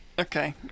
okay